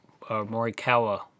Morikawa